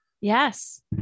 Yes